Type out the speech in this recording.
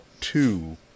two